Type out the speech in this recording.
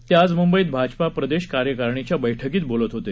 ते आज मुंबईत भाजपा प्रदेश कार्यकरणीच्या बैठकीत बोलत होते